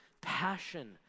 passion